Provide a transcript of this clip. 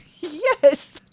Yes